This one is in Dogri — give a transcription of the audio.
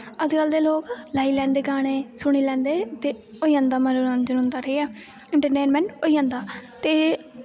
अजकल्ल दे लोग लाई लैंदे गाने सुनी लैंदे ते होई जंदा उं'दा मनोंरंजन ठीक ऐ इंट्रटेनमैंट होई जंदा ते